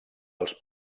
els